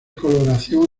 coloración